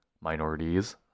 minorities